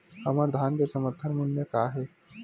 हमर धान के समर्थन मूल्य का हे?